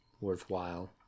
worthwhile